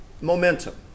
momentum